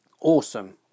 Awesome